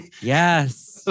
yes